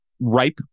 ripe